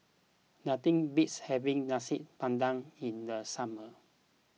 Nothing beats having Nasi Padang in the summer